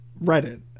Reddit